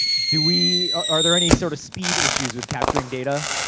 do we. are are there any sort of speed issues with capturing data,